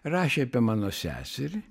rašė apie mano seserį